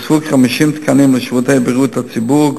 הוספו כ-50 תקנים לשירותי בריאות הציבור,